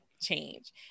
change